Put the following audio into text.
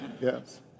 Yes